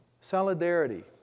solidarity